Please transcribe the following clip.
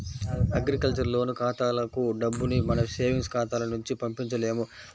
agriculture loan ఖాతాలకు డబ్బుని మన సేవింగ్స్ ఖాతాల నుంచి పంపించలేము